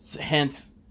Hence